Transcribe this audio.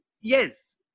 yes